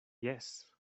jes